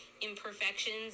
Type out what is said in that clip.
imperfections